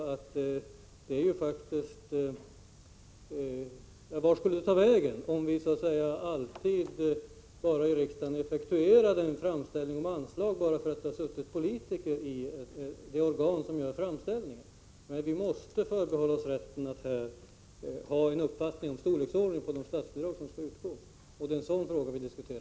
Vart skulle det ta vägen om vi i riksdagen alltid effektuerade framställningar om anslag bara därför att det sitter politiker i de organ som gör framställningarna? Vi måste förbehålla oss rätten att ha en uppfattning om storleken på de statsbidrag som skall utgå.